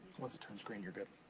once it turns green, you're good.